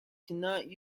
cannot